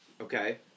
okay